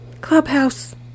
clubhouse